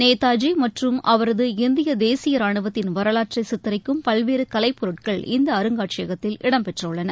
நேதாஜி மற்றும் அவரது இந்திய தேசிய ராணுவத்தின் வரலாற்றை சித்தரிக்கும் பல்வேறு கலைப்பொருட்கள் இந்த அருங்காட்சியகத்தில் இடம்பெற்றுள்ளன